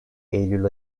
eylül